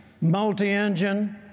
multi-engine